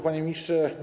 Panie Ministrze!